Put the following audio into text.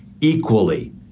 equally